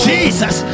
Jesus